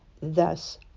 thus